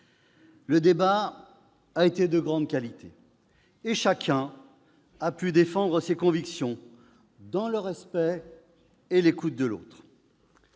Le débat a été de grande qualité, et chacun a pu défendre ses convictions dans le respect et l'écoute de l'autre.